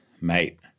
mate